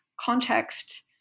context